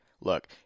Look